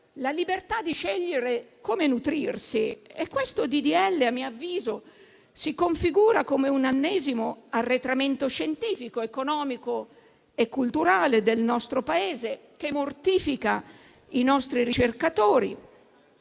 la libertà di scegliere come nutrirsi. Questo disegno di legge, a mio avviso, si configura come un ennesimo arretramento scientifico, economico e culturale del nostro Paese, che mortifica i nostri ricercatori,